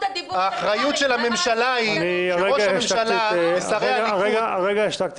חבר'ה, אני מציעה פה